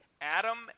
Adam